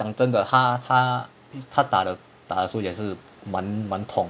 讲真的他他他打打的时候也是满满痛的